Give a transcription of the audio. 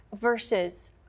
Versus